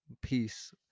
Peace